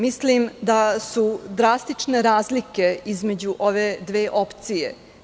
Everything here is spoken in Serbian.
Mislim da su drastične razlike između ove dve opcije.